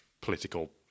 political